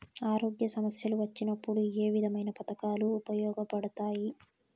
ఆరోగ్య సమస్యలు వచ్చినప్పుడు ఏ విధమైన పథకాలు ఉపయోగపడతాయి